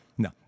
No